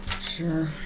Sure